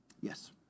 Yes